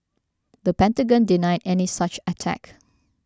the Pentagon denied any such attack